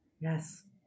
Yes